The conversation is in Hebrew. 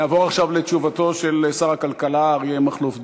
נעבור עכשיו לתשובתו של שר הכלכלה אריה מכלוף דרעי.